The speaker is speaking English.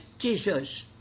Jesus